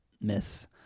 myths